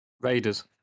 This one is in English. Raiders